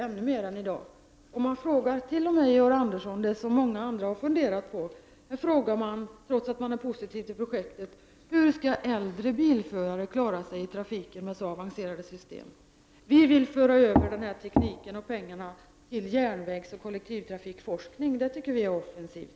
Och, Georg Andersson, man frågar t.o.m. det som många andra också har funderat på — trots att man alltså är positiv till projektet: Hur skall äldre bilförare klara sig i trafiken med så avancerade system? Vi i vpk vill föra över tekniken och pengarna till järnvägsoch kollektivtrafikforskning. Det är offensivt!